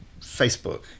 Facebook